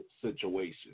situation